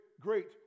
great